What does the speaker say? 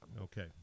Okay